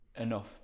enough